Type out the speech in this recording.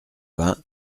vingt